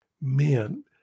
Man